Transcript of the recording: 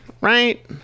right